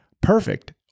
Perfect